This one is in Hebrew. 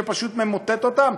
שפשוט ממוטטים אותם?